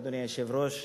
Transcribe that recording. אדוני היושב-ראש,